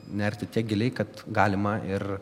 nerti tiek giliai kad galima ir